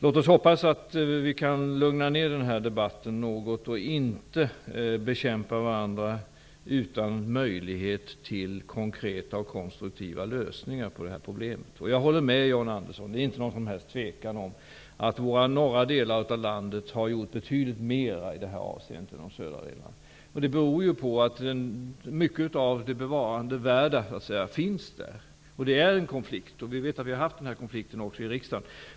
Låt oss hoppas att denna debatt kan lugnas ned något och att vi inte bekämpar varandra utan möjlighet till konkreta och konstruktiva lösningar på detta problem. Jag håller med John Andersson om att det inte är något som helst tvivel om att man i våra norra delar av landet har gjort betydligt mer i detta avseende än i de södra delarna. Det beror på att mycket av det som är värt att bevara finns i norr, och det är i sig en konflikt. Vi har haft denna konflikt också i riksdagen.